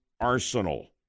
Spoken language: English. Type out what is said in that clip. arsenal